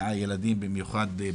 ילדים במיוחד,